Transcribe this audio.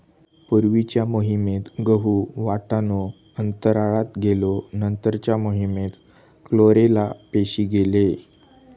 पूर्वीच्या मोहिमेत गहु, वाटाणो अंतराळात गेलो नंतरच्या मोहिमेत क्लोरेला पेशी गेले